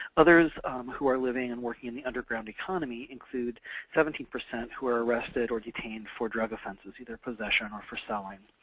others who are living or and working in the underground economy include seventeen percent who are arrested or detained for drug offenses, either possession or for selling.